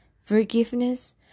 Forgiveness